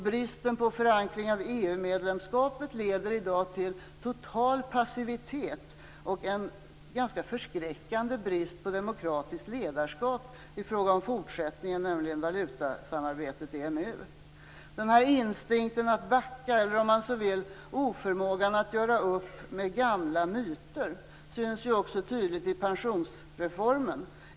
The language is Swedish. Bristen på förankring av EU-medlemskapet leder i dag till total passivitet och till en ganska förskräckande brist på demokratiskt ledarskap i fråga om fortsättningen, nämligen valutasamarbetet EMU. Instinkten att backa, eller om man så vill oförmågan att göra upp med gamla myter, syns också tydligt i pensionsreformen.